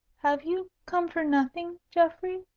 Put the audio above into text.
have you come for nothing, geoffrey?